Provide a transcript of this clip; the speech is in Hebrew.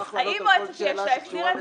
האם מועצת יש"ע החזירה את הכסף?